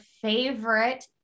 favorite